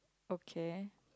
okay